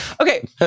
Okay